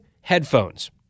headphones